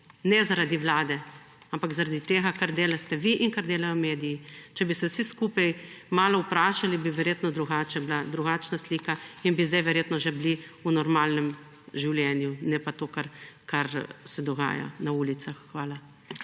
Ne, zaradi Vlade, ampak zaradi tega, kar delate vi in kar delajo mediji. Če bi se vsi skupaj malo vprašali bi verjetno bila drugačna slika in bi sedaj verjetno že bili v normalnem življenju ne pa to, kar se dogaja na ulicah. Hvala.